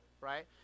right